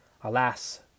Alas